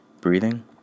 Breathing